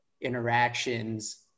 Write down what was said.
interactions